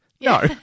No